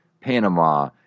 Panama